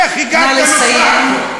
איך הגעת לנוסחה הזאת?